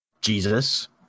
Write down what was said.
Jesus